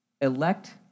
Elect